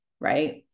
right